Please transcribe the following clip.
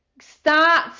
Start